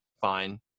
Fine